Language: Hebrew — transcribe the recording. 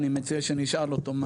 אני מציע שנשאל אותו.